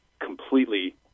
completely